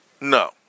No